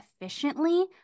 efficiently